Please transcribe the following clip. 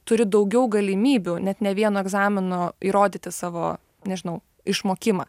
turi daugiau galimybių net ne vienu egzaminu įrodyti savo nežinau išmokimą